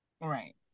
Right